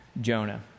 Jonah